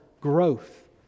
growth